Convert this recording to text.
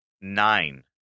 nine